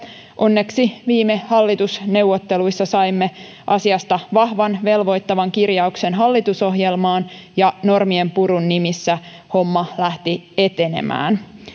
onneksi viime hallitusneuvotteluissa saimme asiasta vahvan velvoittavan kirjauksen hallitusohjelmaan ja normienpurun nimissä homma lähti etenemään